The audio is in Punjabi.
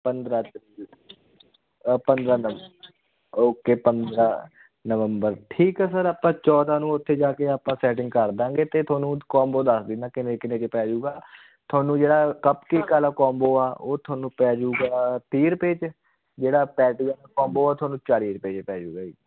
ਪੰਦਰਾਂ ਤਰੀਕ ਪੰਦਰਾਂ ਨਵੰਬਰ ਓਕੇ ਪੰਦਰਾਂ ਨਵੰਬਰ ਠੀਕ ਹੈ ਸਰ ਆਪਾਂ ਚੌਦਾਂ ਨੂੰ ਉੱਥੇ ਜਾ ਕੇ ਆਪਾਂ ਸੈਟਿੰਗ ਕਰਦਾਂਗੇ ਅਤੇ ਤੁਹਾਨੂੰ ਕੋਂਬੋ ਦੱਸ ਦਿੰਦਾ ਕਿੰਨੇ ਕਿੰਨੇ 'ਚ ਪੈਜੂਗਾ ਤੁਹਾਨੂੰ ਜਿਹੜਾ ਕੱਪ ਕੇ ਵਾਲਾ ਕੋਂਬੋ ਆ ਉਹ ਤੁਹਾਨੂੰ ਪੈਜੂਗਾ ਤੀਹ ਰੁਪਏ 'ਚ ਜਿਹੜਾ ਪੈਟੀ ਵਾਲਾ ਕੋਂਬੋ ਆ ਉਹ ਤੁਹਾਨੂੰ ਚਾਲੀ ਰੁਪਏ 'ਚ ਪੈਜੂਗਾ ਜੀ